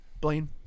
Blaine